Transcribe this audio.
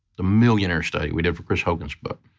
the millionaire study we did for chris hogan's book,